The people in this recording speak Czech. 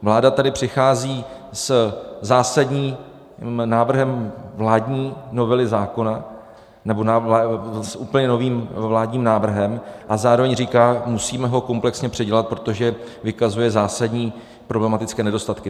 Vláda tady přichází se zásadním návrhem vládní novely zákona, nebo s úplně novým vládním návrhem, a zároveň říká, musíme ho komplexně předělat, protože vykazuje zásadní problematické nedostatky.